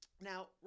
now